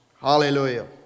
Hallelujah